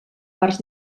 parts